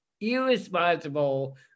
irresponsible